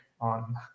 on